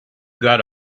got